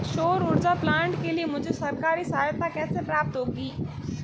सौर ऊर्जा प्लांट के लिए मुझे सरकारी सहायता कैसे प्राप्त होगी?